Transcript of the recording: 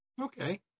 Okay